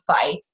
fight